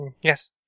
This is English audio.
Yes